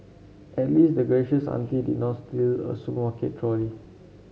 at least the gracious auntie did not steal a supermarket trolley